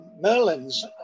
merlins